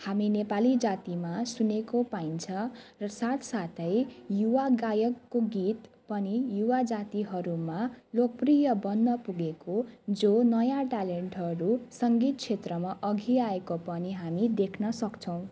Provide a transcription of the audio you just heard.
हामी नेपाली जातिमा सुनेको पाइन्छ र साथ साथै युवा गायकको गीत पनि युवा जातिहरूमा लोकप्रिय बन्न पुगेको जो नयाँ ट्यालेन्टहरू सङ्गीत क्षेत्रमा अघि आएको पनि हामी देख्न सक्छौँ